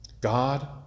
God